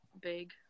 big